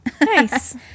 Nice